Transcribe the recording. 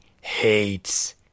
hates